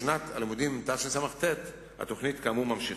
בשנת הלימודים תשס"ט הפעלת התוכנית נמשכת.